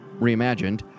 reimagined